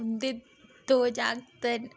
उं'दे दो जागत न